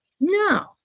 No